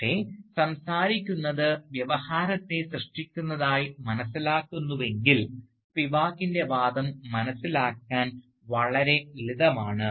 പക്ഷേ സംസാരിക്കുന്നത് വ്യവഹാരത്തെ സൃഷ്ടിക്കുന്നതായി മനസ്സിലാക്കുന്നുവെങ്കിൽ സ്പിവാക്കിൻറെ വാദം മനസ്സിലാക്കാൻ വളരെ ലളിതമാണ്